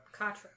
katra